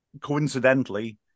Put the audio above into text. coincidentally